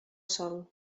sol